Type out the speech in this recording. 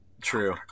True